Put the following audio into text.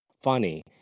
funny